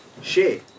share